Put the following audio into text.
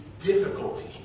difficulty